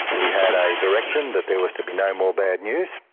we had a direction that there was to be no more bad news.